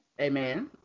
Amen